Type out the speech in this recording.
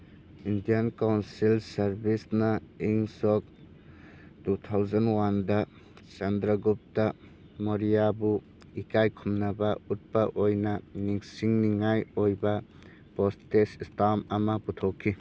Indian council ꯁꯔꯚꯤꯁꯅ ꯏꯪ ꯁꯣꯛ ꯇꯨ ꯊꯥꯎꯖꯟ ꯋꯥꯟꯗ ꯆꯟꯗ꯭ꯔꯒꯨꯞꯇ ꯃꯧꯔꯤꯌꯥꯕꯨ ꯏꯀꯥꯏ ꯈꯨꯝꯅꯕ ꯎꯠꯄ ꯑꯣꯏꯅ ꯅꯤꯁꯤꯡꯅꯤꯉꯥꯏ ꯑꯣꯏꯕ ꯄꯣꯁꯇꯦꯁ ꯏꯁꯇꯥꯝ ꯑꯃ ꯄꯨꯊꯣꯛꯈꯤ